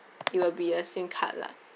it will be a sim card lah